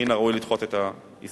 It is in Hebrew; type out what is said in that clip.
מן הראוי לדחות את ההסתייגות.